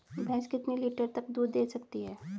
भैंस कितने लीटर तक दूध दे सकती है?